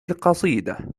القصيدة